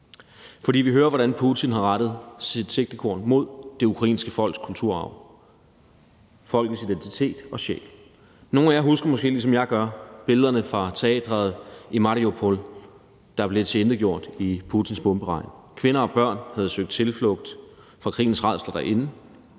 For vi hører, hvordan Putin har rettet sit sigtekorn mod det ukrainske folks kulturarv, folkets identitet og sjæl. Nogle af jer husker måske, ligesom jeg gør, billederne fra teatret i Mariupol, der blev tilintetgjort i Putins bomberegn. Kvinder og børn, der havde søgt tilflugt fra krigens rædsler derinde,